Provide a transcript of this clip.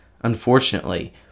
Unfortunately